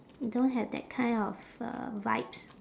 don't have that kind of uh vibes